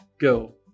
Go